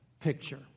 picture